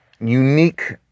unique